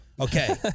Okay